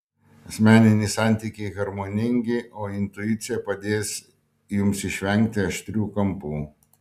asmeniniai santykiai harmoningi o intuicija padės jums išvengti aštrių kampų